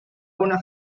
una